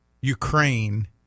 Ukraine